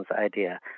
idea